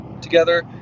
together